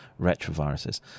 retroviruses